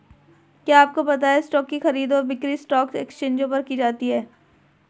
क्या आपको पता है स्टॉक की खरीद और बिक्री स्टॉक एक्सचेंजों पर की जाती है?